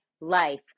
life